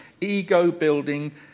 ego-building